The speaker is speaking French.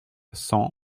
cent